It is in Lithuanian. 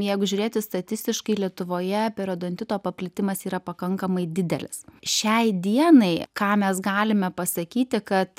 jeigu žiūrėti statistiškai lietuvoje periodontito paplitimas yra pakankamai didelis šiai dienai ką mes galime pasakyti kad